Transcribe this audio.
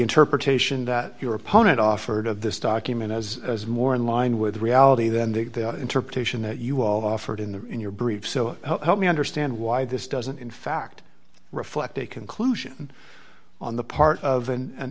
interpretation that your opponent offered of this document as as more in line with reality than the interpretation that you offered in the in your brief so help me understand why this doesn't in fact reflect a conclusion on the part of an